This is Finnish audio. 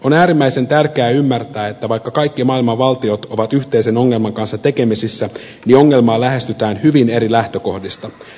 on äärimmäisen tärkeää ymmärtää että vaikka kaikki maailman valtiot ovat yhteisen ongelman kanssa tekemisissä niin ongelmaa lähestytään hyvin eri lähtökohdista